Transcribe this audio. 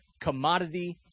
commodity